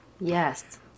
Yes